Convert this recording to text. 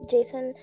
Jason